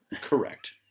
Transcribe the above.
Correct